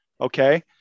okay